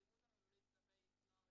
האלימות המילולית כלפי נוער